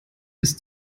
ist